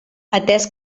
atès